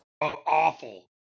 Awful